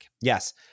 Yes